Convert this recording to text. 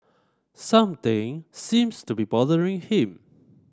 something seems to be bothering him